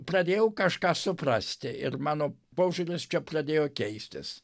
pradėjau kažką suprasti ir mano požiūris pradėjo keistis